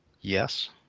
Yes